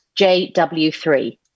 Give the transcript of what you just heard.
JW3